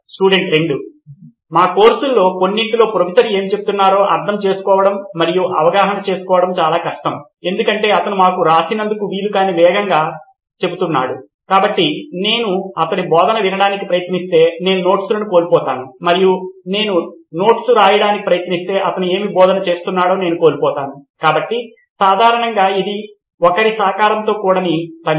student 2 మా కోర్సుల్లో కొన్నింటిలో ప్రొఫెసర్ ఏమి చెప్తున్నారో అర్థం చేసుకోవడం మరియు అవగాహన చేసుకోవడం చాలా కష్టం ఎందుకంటే అతను మాకు వ్రాసేందుకు వీలుకాని చాలా వేగంగా చెబుతున్నాడు కాబట్టి నేను అతని బోధన వినడానికి ప్రయత్నిస్తే నేను నోట్స్లను కోల్పోతాను మరియు నేను వ్రాయడానికి ప్రయత్నిస్తే అతను ఏమి బోధన చెస్తున్నాడో నేను కోల్పోతాను కాబట్టి సాధారణంగా ఇది ఒకరి సహకారంతో కూడిని పని